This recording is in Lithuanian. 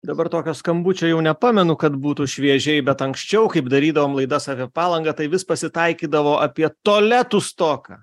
dabar tokio skambučio jau nepamenu kad būtų šviežiai bet anksčiau kaip darydavom laidas apie palangą tai vis pasitaikydavo apie tualetų stoką